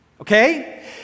Okay